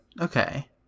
Okay